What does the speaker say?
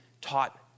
taught